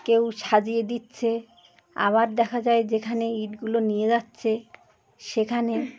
কেউ সাজিয়ে দিচ্ছে আবার দেখা যায় যেখানে ইটগুলো নিয়ে যাচ্ছে সেখানে